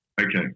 Okay